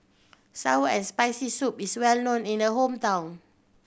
sour and Spicy Soup is well known in the hometown